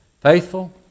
faithful